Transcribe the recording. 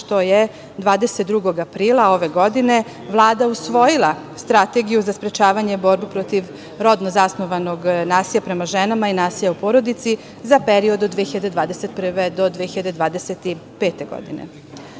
što je 22. aprila ove godine Vlada usvojila Strategiju za sprečavanje borbe protiv rodno zasnovanog nasilja prema ženama i nasilja u porodici za period od 2021. do 2025. godine. Sloboda